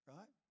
Right